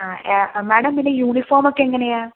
ആ മേഡം പിന്നെ യൂണിഫോമൊക്കെ എങ്ങനെയാണ്